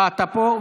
אה, אתה פה?